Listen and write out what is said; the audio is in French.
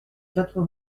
quatre